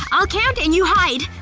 i'll count and you hide!